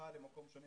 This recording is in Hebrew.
למקום שונה.